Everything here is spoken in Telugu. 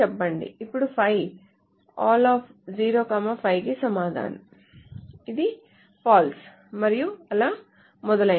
అప్పుడు 5 all of 0 5 కి సమానం ఇది false మరియు అలా మొదలైనవి